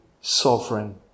sovereign